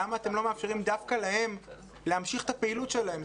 למה אתם לא מאפשרים דווקא להם להמשיך את הפעילות שלהם?